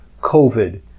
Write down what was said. COVID